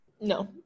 No